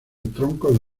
troncos